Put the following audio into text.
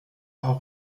auch